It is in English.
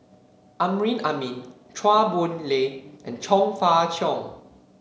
Amrin Amin Chua Boon Lay and Chong Fah Cheong